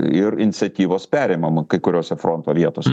ir iniciatyvos perimama kai kuriose fronto vietose